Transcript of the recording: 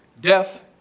death